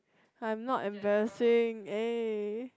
I am not embarrassing eh